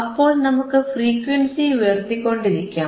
അപ്പോൾ നമുക്ക് ഫ്രീക്വൻസി ഉയർത്തിക്കൊണ്ടിരിക്കാം